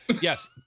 Yes